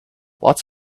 lots